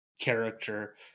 character